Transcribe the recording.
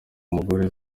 umugore